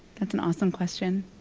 that's an awesome question.